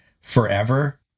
forever